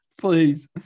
Please